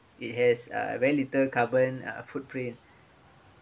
it has a very little carbon uh footprint